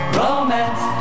romance